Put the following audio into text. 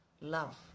love